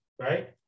right